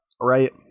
right